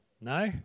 No